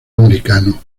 americano